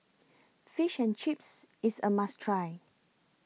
Fish and Chips IS A must Try